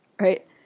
right